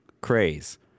craze